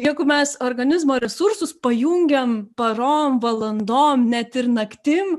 jeigu mes organizmo resursus pajungiam parom valandom net ir naktim